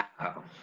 Wow